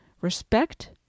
Respect